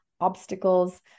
obstacles